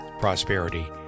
prosperity